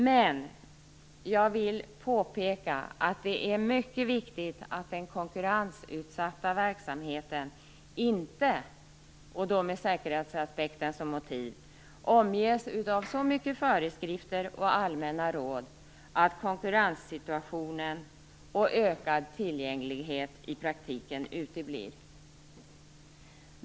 Men jag vill påpeka att det är mycket viktigt att den konkurrensutsatta verksamheten inte, med säkerhetsaspekten som motiv, omges av så mycket föreskrifter och allmänna råd att konkurrenssituationen och den ökade tillgängligheten i praktiken uteblir.